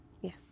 Yes